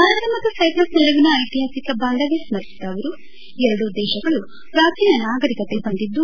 ಭಾರತ ಮತ್ತು ಸೈಪ್ರಸ್ ನಡುವಿನ ಐತಿಹಾಸಿಕ ಬಾಂಧವ್ಯ ಸ್ಥರಿಸಿದ ಅವರು ಎರಡೂ ದೇಶಗಳು ಪ್ರಾಚೀನ ನಾಗರೀಕತೆ ಹೊಂದಿದ್ದು